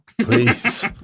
Please